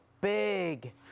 big